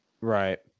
Right